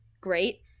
great